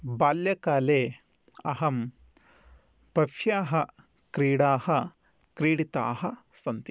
बाल्यकाले अहं बह्व्यः क्रीडाः क्रीडिताः सन्ति